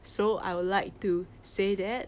so I would like to say that